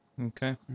Okay